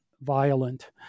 violent